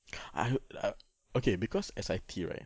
ah ah okay because S_I_T right